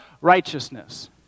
righteousness